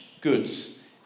goods